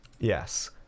Yes